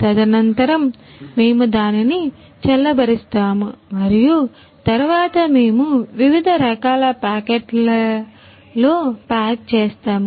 తదనంతరం మేము దానిని చల్లబరుస్తాము మరియు తరువాత మేము వివిధ రకాల ప్యాకెట్లలో ప్యాక్ చేస్తాము